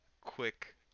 quick